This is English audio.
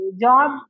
job